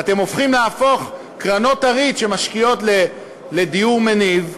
אתם הולכים להפוך את קרנות הריט שמשקיעות לדיור מניב,